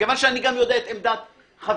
כיוון שאני גם יודע את עמדת חבריי.